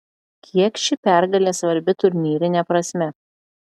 kiek ši pergalė svarbi turnyrine prasme